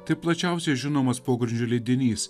tai plačiausiai žinomas pogrindžio leidinys